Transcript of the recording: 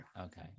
Okay